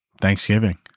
Thanksgiving